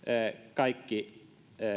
kaikki